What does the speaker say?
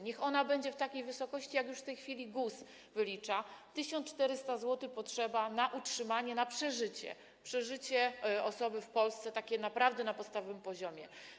Niech ona będzie w takiej wysokości, jak już w tej chwili GUS wylicza, że 1400 zł potrzeba na utrzymanie, na przeżycie osoby w Polsce na takim naprawdę podstawowym poziomie.